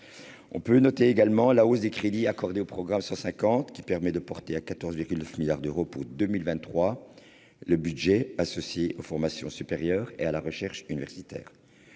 On peut également relever la hausse des crédits demandés pour le programme 150, qui permet de porter à 14,9 milliards d'euros pour 2023 le budget relatif aux formations supérieures et à la recherche universitaire.